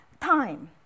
Time